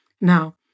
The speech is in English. Now